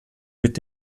mit